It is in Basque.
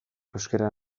euskara